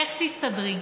איך תסתדרי?